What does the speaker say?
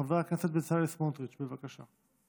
חבר הכנסת בצלאל סמוטריץ', בבקשה.